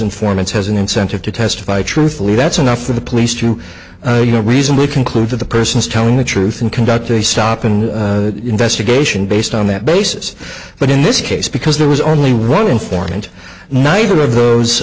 informants has an incentive to testify truthfully that's enough for the police to you know reasonably conclude that the person is telling the truth and conduct a stop and investigation based on that basis but in this case because there was only one informant neither of